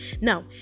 now